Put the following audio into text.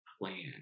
plan